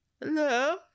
Hello